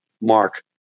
Mark